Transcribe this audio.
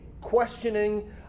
questioning